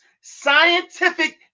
scientific